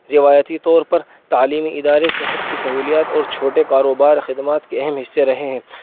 روایتی طور پر تعلیمی ادارے صحت کی سہولیات اور چھوٹے کاروبار خدمات کے اہم حصے رہے ہیں